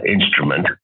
instrument